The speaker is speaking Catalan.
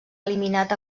eliminat